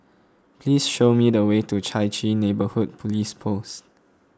please show me the way to Chai Chee Neighbourhood Police Post